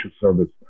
service